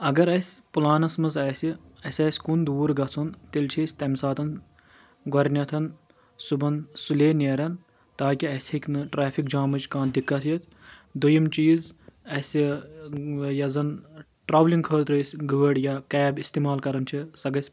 اگر اَسہِ پٔلانس منٛز آسہِ اسہِ آسہِ کُن دوٗر گژھُن تیٚلہِ چھِ أسۍ تَمہِ ساتہٕ گۄڈنیٚتھ صُبحن سُلے نیرن تاکہِ اَسہِ ہیٚکہِ نہٕ ٹریفِک جامٕچۍ کانٛہہ دِکت یِتھ دوٚیِم چیٖز اَسہِ یۄس زن ٹرٛولِنٛگ خٲطرٕ أسۍ گٲڑۍ یا کیب استعمال کران چھِ سۄ گژھِ